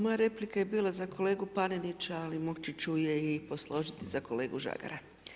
Moja replika je bila za kolegu Panenića, ali moći ću je i posložiti za kolegu Žagara.